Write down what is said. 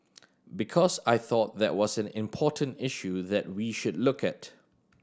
because I thought that was an important issue that we should look at